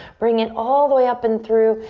bring it all the way up and through.